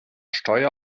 steuer